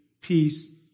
peace